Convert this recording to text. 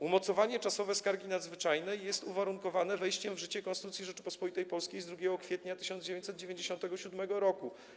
Umocowanie czasowe skargi nadzwyczajnej jest uwarunkowane wejściem w życie Konstytucji Rzeczypospolitej Polskiej z 2 kwietnia 1997 r.